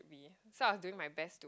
be so I was doing my best to